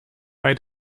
bei